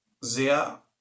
sehr